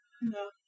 No